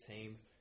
teams